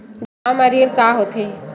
बिहाव म ऋण का होथे?